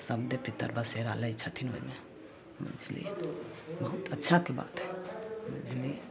सब देव पितर बसेरा लै छथिन ओहिमे बुझलिए ने बहुत अच्छाके बात हइ बुझलिए